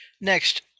Next